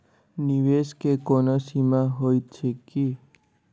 निवेश केँ कोनो सीमा होइत छैक की?